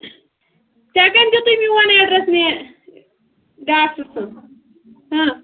ژےٚ کٔمۍ دیُتٕے میون اٮ۪ڈرَس مےٚ ڈاکٹر ہہ